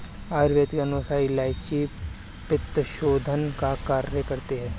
आयुर्वेद के अनुसार इलायची पित्तशोधन का कार्य करती है